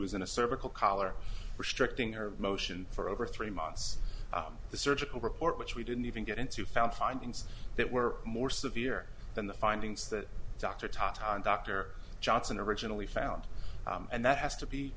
was in a cervical collar restricting her motion for over three months the surgical report which we didn't even get into found findings that were more severe than the findings that dr ta ta and dr johnson originally found and that has to be